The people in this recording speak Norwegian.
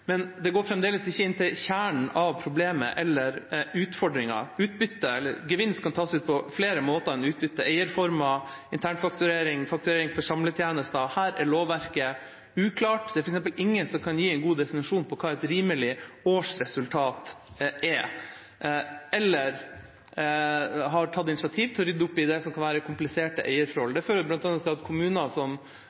men det går fremdeles ikke inn til kjernen av problemet og utfordringen. Gevinst kan tas ut på flere måter enn utbytte: eierformer, internfakturering, fakturering for samletjenester. Her er lovverket uklart. Det er f.eks. ingen som kan gi en god definisjon av hva et rimelig årsresultat er, eller som har tatt initiativ til å rydde opp i det som kan være kompliserte eierforhold. Det fører bl.a. til at kommuner som